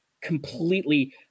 completely